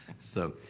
so